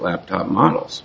laptop models